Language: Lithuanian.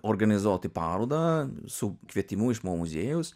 organizuoti parodą su kvietimu iš mo muziejaus